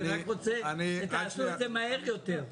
אני רק רוצה שתעשו את זה מהר יותר.